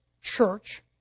church